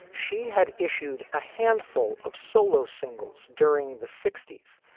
she had issued a handful of solo singles during the sixty s,